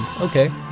okay